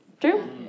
True